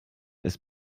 ist